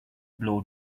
blow